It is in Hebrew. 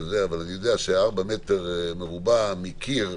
אבל אני יודע ש-4 מטר מרובע מקיר,